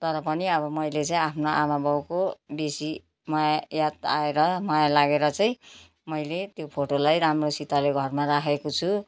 तर पनि अब मैले चाहिँ आफ्नो आमाबाबुको बेसी माया याद आएर माया लागेर चाहिँ मैले त्यो फोटोलाई राम्रोसितले घरमा राखेको छु